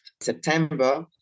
September